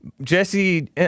Jesse